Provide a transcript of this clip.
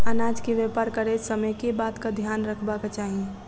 अनाज केँ व्यापार करैत समय केँ बातक ध्यान रखबाक चाहि?